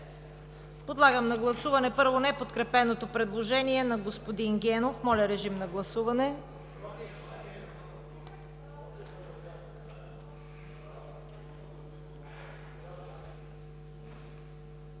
Подлагам на гласуване първо неподкрепеното предложение на господин Генов. Гласували